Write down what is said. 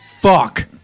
Fuck